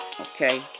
Okay